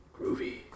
Groovy